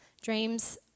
Dreams